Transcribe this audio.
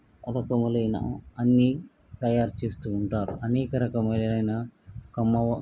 అవకములైన అన్నీ తయారు చేస్తు ఉంటారు అనేక రకములైన కమ్మ